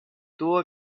tuvo